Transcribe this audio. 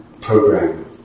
program